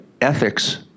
ethics